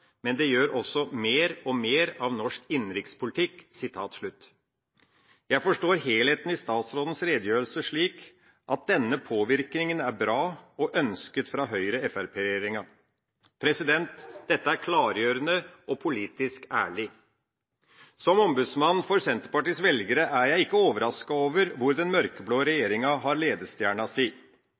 men det gjør også mer og mer av norsk innenrikspolitikk.» Jeg forstår helheten i statsrådens redegjørelse slik at denne påvirkninga er bra, og ønsket av Høyre–Fremskrittsparti-regjeringa. Dette er klargjørende og politisk ærlig. Som ombudsmann for Senterpartiets velgere er jeg ikke overrasket over hvor den mørkeblå regjeringa har ledestjerna si.